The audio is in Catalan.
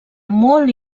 molt